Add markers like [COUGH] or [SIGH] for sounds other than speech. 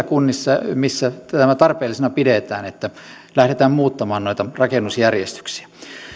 [UNINTELLIGIBLE] kunnissa missä tätä tarpeellisena pidetään lähdetään muuttamaan noita rakennusjärjestyksiä